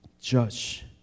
judge